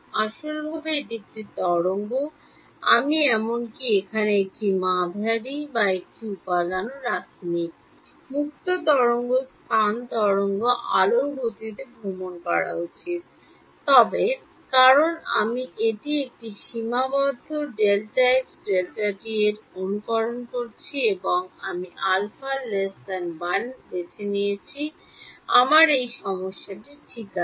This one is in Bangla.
আসল ভাবে এটি একটি তরঙ্গ আমি এমনকি এখানে একটি মাঝারি বা একটি উপাদানও রাখিনি মুক্ত স্থান তরঙ্গ আলোর গতিতে ভ্রমণ করা উচিত তবে কারণ আমি এটি একটি সীমাবদ্ধ Δx Δt এ অনুকরণ করছি এবং আমি α 1 বেছে নিয়েছি আমার এই সমস্যাটি ঠিক আছে